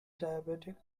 diabetic